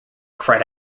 cried